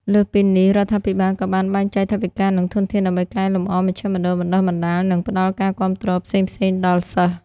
លើសពីនេះ រដ្ឋាភិបាលក៏បានបែងចែកថវិកា និងធនធានដើម្បីកែលម្អមជ្ឈមណ្ឌលបណ្តុះបណ្តាល និងផ្តល់ការគាំទ្រផ្សេងៗដល់សិស្ស។